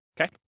okay